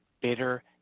bitter